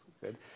good